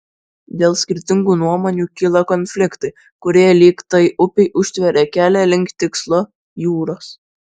dėl skirtingų nuomonių kyla konfliktai kurie lyg tai upei užtveria kelią link tikslo jūros